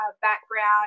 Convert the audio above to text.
background